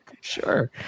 sure